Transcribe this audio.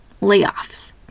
Layoffs